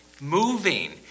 moving